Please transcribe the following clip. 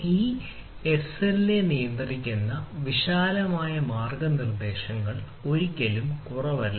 ഈ എസ്എൽഎ നിയന്ത്രിക്കുന്ന വിശാലമായ മാർഗ്ഗനിർദ്ദേശങ്ങൾ ഒരിക്കലും കുറവല്ല